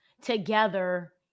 together